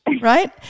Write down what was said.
right